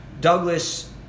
Douglas